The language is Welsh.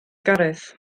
gareth